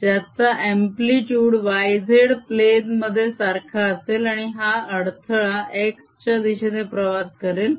ज्याचा amplitude yz plane मध्ये सारखा असेल आणि हा अडथळा x च्या दिशेने प्रवास करेल